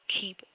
Keep